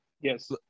Yes